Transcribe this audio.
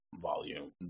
volume